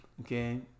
okay